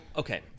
Okay